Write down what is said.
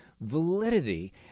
validity